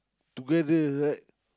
together right